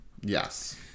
yes